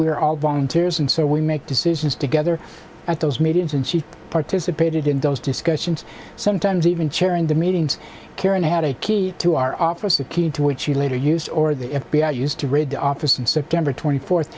we are all volunteers and so we make decisions together at those meetings and she participated in those discussions sometimes even chairing the meetings karen had a key to our office the key to which she later used or the f b i used to raid the office in september twenty fourth